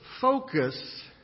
focus